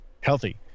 healthy